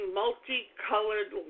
multicolored